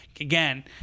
Again